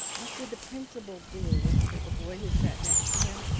what did the principal do? whispered the boy who sat next to him.